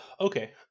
okay